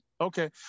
Okay